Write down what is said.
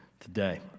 today